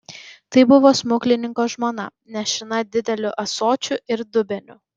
tai buvo smuklininko žmona nešina dideliu ąsočiu ir dubeniu